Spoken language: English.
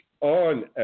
on